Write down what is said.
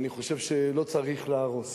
אני חושב שלא צריך להרוס.